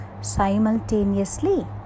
simultaneously